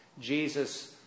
Jesus